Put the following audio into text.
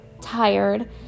tired